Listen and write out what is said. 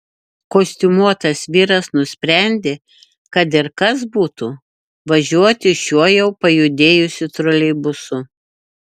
kostiumuotas vyras nusprendė kad ir kas būtų važiuoti šiuo jau pajudėjusiu troleibusu